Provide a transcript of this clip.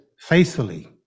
faithfully